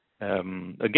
again